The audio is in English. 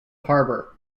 harbour